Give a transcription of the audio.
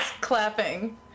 clapping